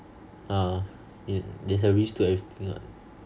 (uh huh) there's a risk to everything [what]